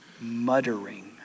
muttering